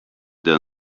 der